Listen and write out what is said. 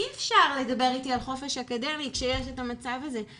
אי אפשר לדבר איתי על חופש אקדמי כשיש את המצב הזה.